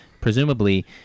presumably